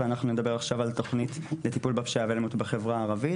ואנחנו נדבר עכשיו על תוכנית לטיפול בפשיעה ובאלימות בחברה הערבית,